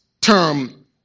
term